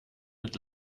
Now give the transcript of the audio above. mit